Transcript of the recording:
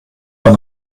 man